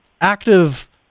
active